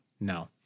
no